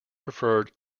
preferred